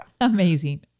Amazing